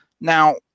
Now